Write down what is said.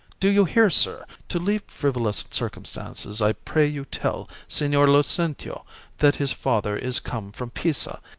do you hear, sir? to leave frivolous circumstances, i pray you tell signior lucentio that his father is come from pisa,